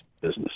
business